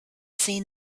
seen